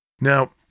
Now